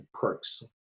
perks